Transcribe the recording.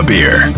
Beer